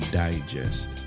digest